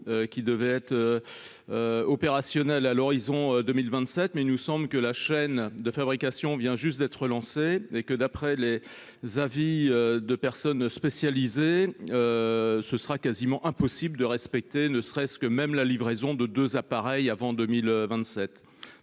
devaient être opérationnels à l'horizon 2027. Cependant, il semble que la chaîne de fabrication vienne juste d'être lancée et, d'après les avis de personnes spécialisées, il sera quasiment impossible de respecter les délais avancés, ne serait-ce que la livraison de deux appareils avant 2027.